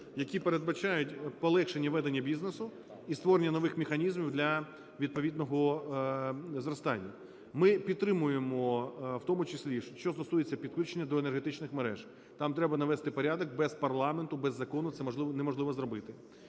які передбачають полегшення ведення бізнесу і створення нових механізмів для відповідного зростання. Ми підтримуємо в тому числі, що стосується підключення до енергетичних мереж, там треба навести порядок. Без парламенту, без закону це неможливо зробити